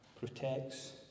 protects